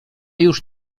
już